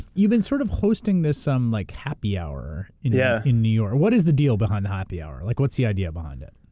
you've been sort of hosting this um like happy hour yeah in new york. what is the deal behind the happy hour? like what's the idea behind it?